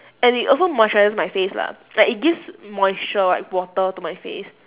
and it also moisturises my face lah like it gives moisture like water to my face